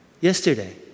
Yesterday